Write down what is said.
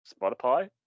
Spotify